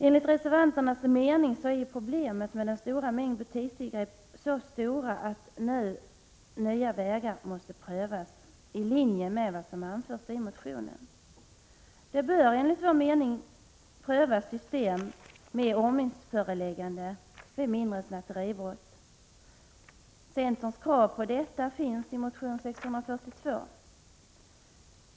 Enligt reservanternas mening är problemen med den stora mängden butikstillgrepp så omfattande att nya vägar nu måste prövas i linje med vad som anförs i motionerna. System med ordningsföreläggande vid mindre 89 snatteribrott bör prövas. Centerns krav finns i motion 642.